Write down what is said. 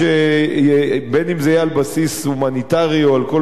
בין אם זה יהיה על בסיס הומניטרי או על כל בסיס אחר,